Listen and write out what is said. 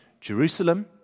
Jerusalem